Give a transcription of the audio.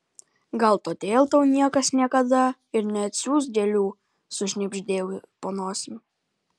gal todėl tau niekas niekada ir neatsiųs gėlių sušnibždėjau po nosim